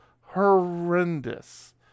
Horrendous